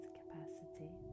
capacity